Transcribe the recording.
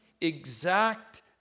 Exact